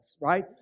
right